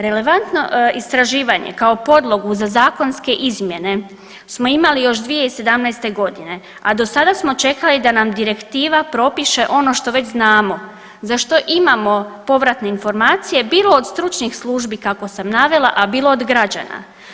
Relevantno istraživanje kao podlogu za zakonske izmjene smo imali još 2017. godine a do sada smo čekali da nam direktiva propiše ono što već znamo, za što imamo povratne informacije bilo od stručnih službi kako sam navela, a bilo od građana.